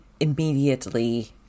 immediately